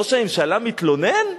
ראש הממשלה מתלונן?